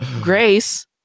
grace